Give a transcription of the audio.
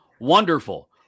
wonderful